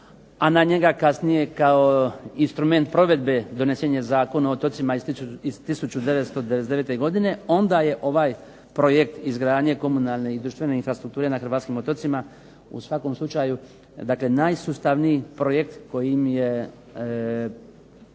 a na njega kasnije kao instrument provedbe donesen je Zakon o otocima iz 1999. onda je ovaj projekt komunalne i društvene infrastrukture na hrvatskim otocima u svakom slučaju najsustavniji projekt kojim je